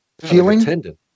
feeling